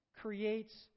creates